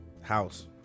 house